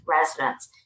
residents